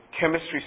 chemistry